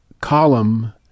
column